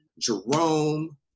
Jerome